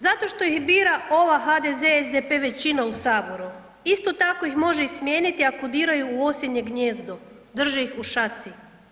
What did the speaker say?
Zato što ih bira ova HDZ-SDP većina u Saboru, isto tako ih može smijeniti ako diraju u osinje gnijezdo, drži ih u šaci.